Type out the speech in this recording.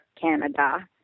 Canada